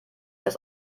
das